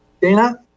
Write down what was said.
dana